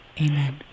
Amen